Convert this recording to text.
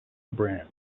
brand